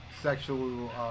sexual